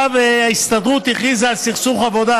ההסתדרות הכריזה על סכסוך עבודה